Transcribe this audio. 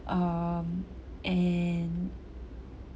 um and